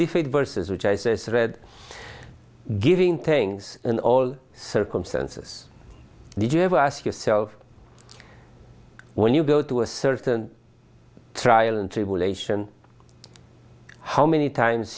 defeat verses which i says read giving things in all circumstances did you ever ask yourself when you go to a certain trial and tribulation how many times